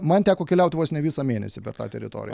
man teko keliaut vos ne visą mėnesį per tą teritoriją